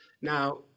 now